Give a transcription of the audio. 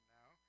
now